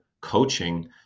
coaching